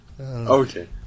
okay